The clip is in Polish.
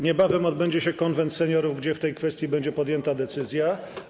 Niebawem odbędzie się Konwent Seniorów, gdzie w tej kwestii będzie podjęta decyzja.